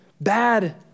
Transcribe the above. bad